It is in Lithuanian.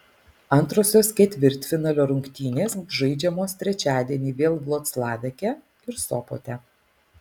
antrosios ketvirtfinalio rungtynės bus žaidžiamos trečiadienį vėl vloclaveke ir sopote